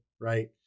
right